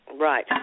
Right